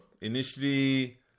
initially